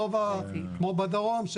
כמו בדרום,